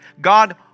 God